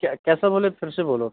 क्या कैसा बोले फिर से बोलो